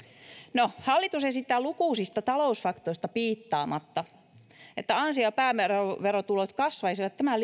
no hallitus esittää lukuisista talousratkaisuista piittaamatta että ansio ja pääomaverotulot kasvaisivat tämän